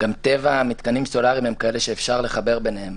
גם טבע המתקנים הסולאריים הם כאלה שאפשר לחבר ביניהם.